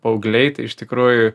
paaugliai tai iš tikrųjų